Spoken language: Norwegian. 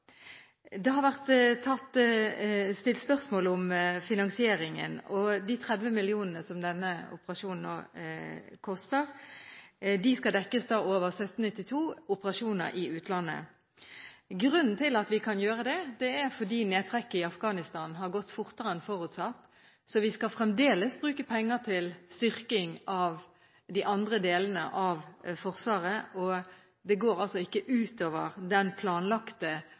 Det har vært stilt spørsmål om finansieringen og de 30 mill. kr som denne operasjonen koster. De skal dekkes over Kap. 1792 Norske Operasjoner i utlandet. Grunnen til at vi kan gjøre det, er at nedtrekket i Afghanistan har gått fortere enn forutsatt. Vi skal fremdeles bruke penger til styrking av de andre delene av Forsvaret. Det går altså ikke, slik som det foreslås her, ut over den planlagte